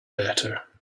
better